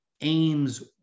aims